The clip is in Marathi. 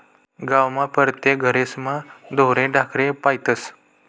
गावमा परतेक घरेस्मा ढोरे ढाकरे पायतस